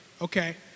okay